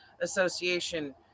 association